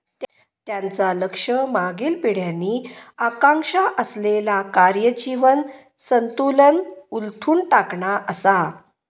त्यांचा लक्ष मागील पिढ्यांनी आकांक्षा असलेला कार्य जीवन संतुलन उलथून टाकणा असा